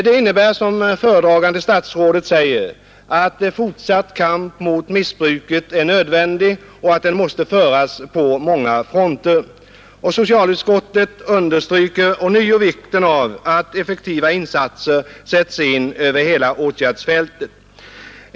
Det innebär som föredragande statsrådet säger att fortsatt kamp mot missbruket är nödvändig och att den måste föras på många fronter. Och socialutskottet understryker ånyo vikten av effektiva insatser över hela åtgärdsfältet.